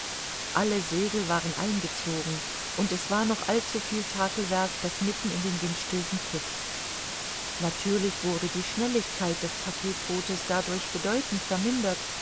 alle segel waren eingezogen und es war noch allzuviel takelwerk das mitten in den windstößen pfiff natürlich wurde die schnelligkeit des packetbootes dadurch bedeutend vermindert